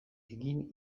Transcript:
egin